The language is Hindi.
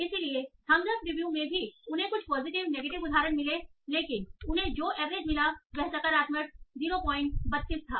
इसलिए थम्स अप रिव्यू में भी उन्हें कुछ पॉजिटिव नेगेटिव उदाहरण मिले लेकिन उन्हें जो एवरेज मिला वह सकारात्मक 032 था